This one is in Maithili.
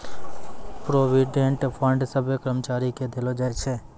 प्रोविडेंट फंड सभ्भे कर्मचारी के देलो जाय छै